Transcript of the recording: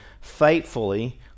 faithfully